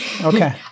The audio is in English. Okay